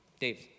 Dave